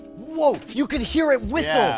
whoa! you could hear it whistle yeah